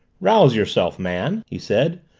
rouse yourself, man! he said.